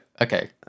okay